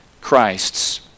Christ's